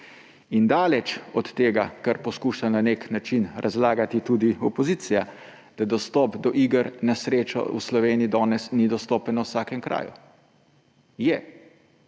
In daleč od tega, kar poskuša na nek način razlagati tudi opozicija, da dostop do iger na srečo v Sloveniji danes ni dostopen na vsakem kraju. Je.